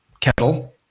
kettle